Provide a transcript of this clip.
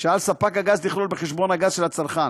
שעל ספק הגז לכלול בחשבון הגז של הצרכן,